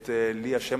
את ליה שמטוב,